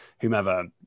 whomever